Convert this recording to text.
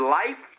life